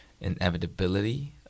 inevitability